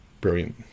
brilliant